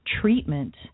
treatment